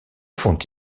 font